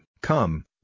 come